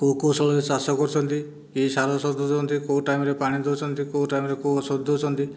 କେଉଁ କେଉଁ ସବୁ ଚାଷ କରୁଛନ୍ତି କି ସାର ଔଷଧ ଦେଉଛନ୍ତି କେଉଁ ଟାଇମରେ ପାଣି ଦେଉଛନ୍ତି କେଉଁ ଟାଇମରେ କେଉଁ ଔଷଧ ଦେଉଛନ୍ତି